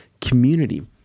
community